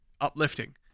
uplifting